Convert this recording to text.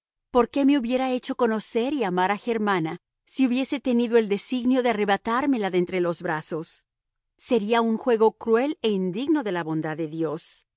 por qué me hubiera hecho conocer y amar a germana si hubiese tenido el designio de arrebatármela de entre los brazos sería un juego cruel e indigno de la bondad de dios